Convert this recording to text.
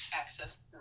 access